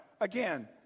again